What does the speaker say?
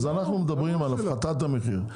אנחנו מדברים על הפחתת המחיר,